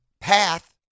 path